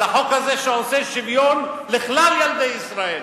על החוק הזה שעושה שוויון בין כלל ילדי ישראל,